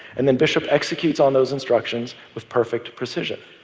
and then bishop executes on those instructions with perfect precision.